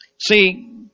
See